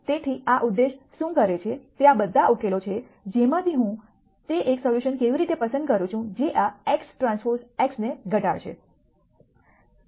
તેથી આ ઉદ્દેશ શું કરે છે તે આ બધા ઉકેલો છે જેમાંથી હું તે એક સોલ્યુશન કેવી રીતે પસંદ કરું છું જે આ xTx ને ઘટાડશે